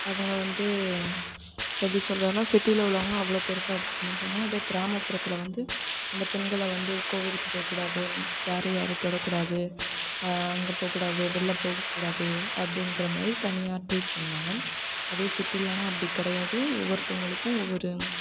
அவங்க வந்து எப்படி சொல்கிறதுனா சிட்டியில் உள்ளவங்களா அவ்வளோ பெருசாக எடுத்துக்கமாட்டாங்க அதே கிராமப்புறத்தில் வந்து அந்த பெண்களை வந்து கோவிலுக்கு போகக்கூடாது யாரும் யாரையும் தொடக்கூடாது அங்கே போகக்கூடாது வெளில போகக்கூடாது அப்படிங்கிற மாதிரி தனியாக ட்ரீட் பண்ணுவாங்க அதே சிட்டிலேனா அப்படி கிடையாது ஒவ்வொருத்தங்களுக்கும் ஒவ்வொரு